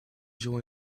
joy